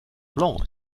blanc